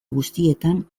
guztietan